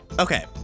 Okay